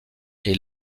est